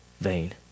vain